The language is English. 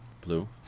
Blue